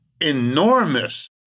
enormous